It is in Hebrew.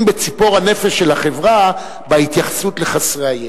בציפור הנפש של החברה בהתייחסות לחסרי הישע.